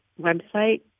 website